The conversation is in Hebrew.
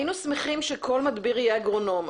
היינו שמחים שכל מדביר יהיה אגרונום,